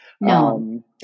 No